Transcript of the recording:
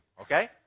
Okay